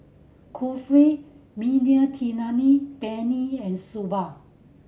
Kulfi Mediterranean Penne and Soba